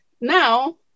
Now